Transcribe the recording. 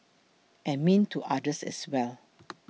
and mean to others as well